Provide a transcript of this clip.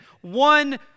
one